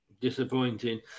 Disappointing